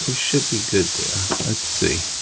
should be good there. let's see.